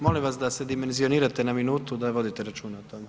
Molim vas da se dimenzionirate na minutu, da vodite računa o tome.